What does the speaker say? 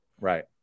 Right